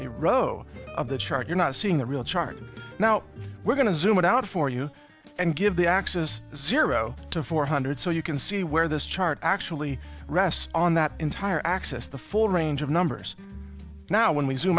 a row of the chart you're not seeing the real chart now we're going to zoom it out for you and give the axis zero to four hundred so you can see where this chart actually rests on that entire axis the full range of numbers now when we